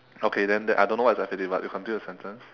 okay then then I don't know what is F A D but you continue the sentence